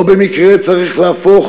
לא כל מקרה צריך להפוך